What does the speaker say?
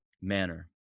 manner